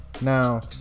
Now